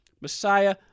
Messiah